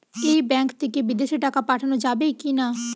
এই ব্যাঙ্ক থেকে বিদেশে টাকা পাঠানো যাবে কিনা?